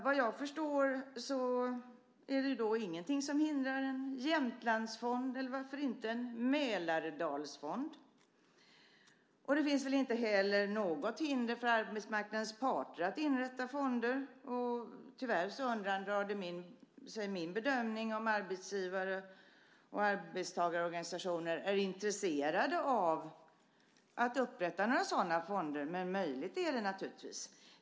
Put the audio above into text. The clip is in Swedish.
Vad jag förstår är det ingenting som hindrar en Jämtlandsfond - eller varför inte en Mälardalsfond? Det finns inte heller något hinder för arbetsmarknadens parter att inrätta fonder. Tyvärr undandrar det sig min bedömning om arbetsgivar och arbetstagarorganisationer är intresserade av att upprätta några sådana fonder. Men möjligt är det naturligtvis.